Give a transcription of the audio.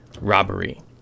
Robbery